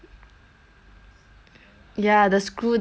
ya the screw there it crack there that's why